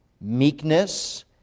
meekness